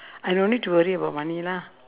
I don't need to worry about money lah